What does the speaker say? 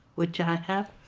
which i have,